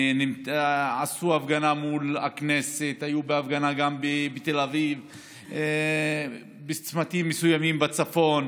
עשו הפגנה מול הכנסת והיו בהפגנה גם בתל אביב ובצמתים מסוימים בצפון.